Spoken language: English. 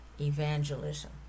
evangelism